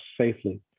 safely